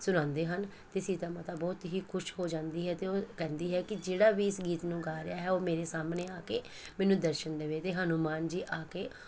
ਸੁਣਾਉਂਦੇ ਹਨ ਅਤੇ ਸੀਤਾ ਮਾਤਾ ਬਹੁਤ ਹੀ ਖੁਸ਼ ਹੋ ਜਾਂਦੀ ਹੈ ਅਤੇ ਉਹ ਕਹਿੰਦੀ ਹੈ ਕਿ ਜਿਹੜਾ ਵੀ ਇਸ ਗੀਤ ਨੂੰ ਗਾ ਰਿਹਾ ਹੈ ਉਹ ਮੇਰੇ ਸਾਹਮਣੇ ਆ ਕੇ ਮੈਨੂੰ ਦਰਸ਼ਨ ਦੇਵੇ ਅਤੇ ਹਨੂੰਮਾਨ ਜੀ ਆ ਕੇ